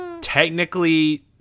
technically